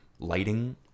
lighting